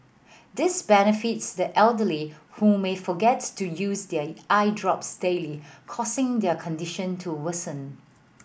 this benefits the elderly who may forget to use their eye drops daily causing their condition to worsen